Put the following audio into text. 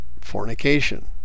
fornication